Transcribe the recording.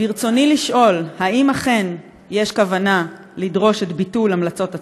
רצוני לשאול: 1. האם אכן יש כוונה לדרוש את ביטול המלצות הצוות?